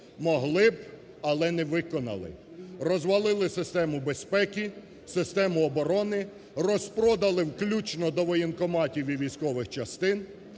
Могли б, але не виконали. Розвалили систему безпеки, систему оборони, розпродали включно до воєнкоматів і військових частин